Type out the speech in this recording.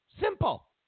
simple